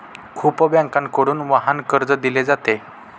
खूप बँकांकडून वाहन कर्ज दिले जाते